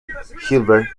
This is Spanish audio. heidelberg